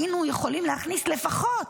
היינו יכולים להכניס לפחות,